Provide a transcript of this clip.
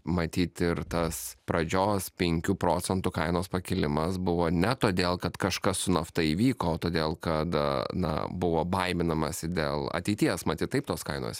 matyt ir tas pradžios penkių procentų kainos pakilimas buvo ne todėl kad kažkas su nafta įvyko o todėl kad na buvo baiminamasi dėl ateities matyt taip tos kainos